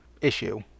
issue